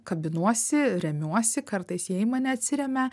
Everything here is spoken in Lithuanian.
kabinuosi remiuosi kartais jie į mane atsiremia